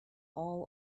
all